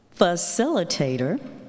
facilitator